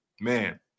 Man